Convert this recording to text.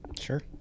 Sure